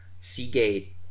Seagate